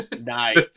nice